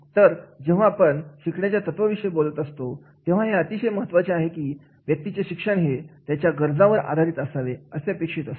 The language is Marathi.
तर जेव्हा आपण शिकण्याच्या तत्वा विषयी बोलत असतो तेव्हा हे अतिशय महत्त्वाचे आहे की व्यक्तीचे शिक्षण हे त्याच्या गरजांच्या आधारावर असावे असे अपेक्षित असते